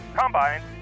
combines